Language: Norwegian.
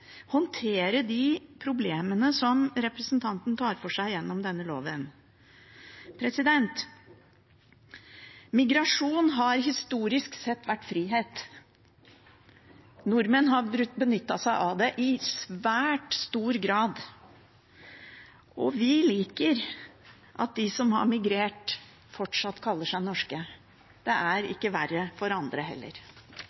håndtere de problemene som representanten tar for seg gjennom denne loven. Migrasjon har historisk sett vært frihet. Nordmenn har benyttet seg av det i svært stor grad. Og vi liker at de som har migrert, fortsatt kaller seg norske. Det er